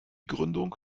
gründung